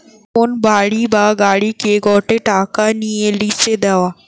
কোন বাড়ি বা গাড়িকে গটে টাকা নিয়ে লিসে দেওয়া